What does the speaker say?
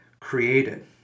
created